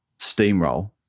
steamroll